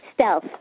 stealth